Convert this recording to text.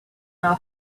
know